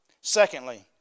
Secondly